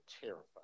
terrified